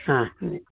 ಹಾಂ